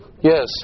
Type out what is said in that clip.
Yes